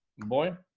boy,